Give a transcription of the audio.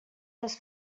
les